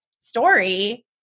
story